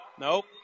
Nope